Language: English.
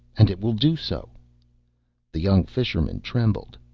and it will do so the young fisherman trembled.